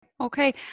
Okay